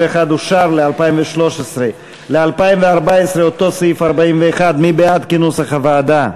סעיף 41, לשנת 2013, כנוסח הוועדה.